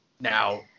Now –